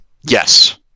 yes